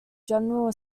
general